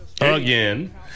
again